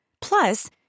Plus